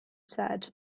said